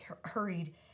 hurried